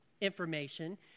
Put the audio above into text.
information